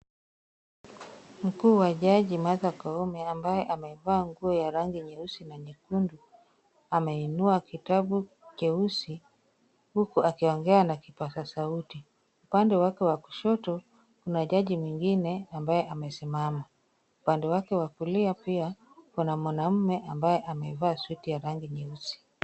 Mkuu wa jaji Martha Koome ambaye amevaa nguo ya rangi nyeusi na nyekundu. Ameinua kitabu cheusi, huku akiongea na kipasa sauti. Upande wake wa kushoto, kuna jaji mwingine ambaye amesimama. Upande wake wa kulia pia kuna mwanamme ambaye amevaa suti ya rangi nyeusi.